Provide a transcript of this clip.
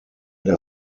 der